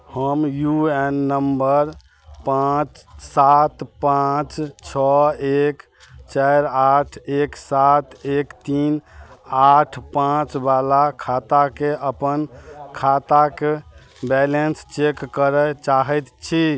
हम U A N number पाँच सात पाँच छओ एक चारि आठ एक सात एक तीन आठ पाँचवला खाताके अपन खाताक बैलेन्स चेक करऽ चाहै छी